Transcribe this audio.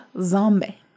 Zombie